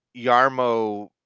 Yarmo